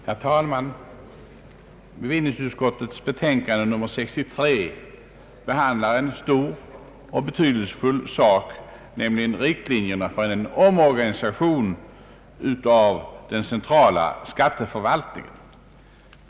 Herr talman! Bevillningsutskottets betänkande nr 63 behandlar en stor och betydelsefull fråga, nämligen riktlinjerna för en omorganisation av den centrala skatteförvaltningen.